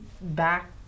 back